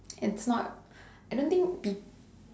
it's not I don't think peo~